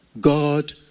God